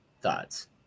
thoughts